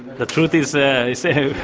the truth is, they say,